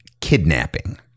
kidnapping